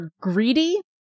greedy